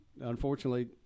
unfortunately